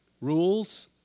rules